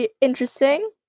interesting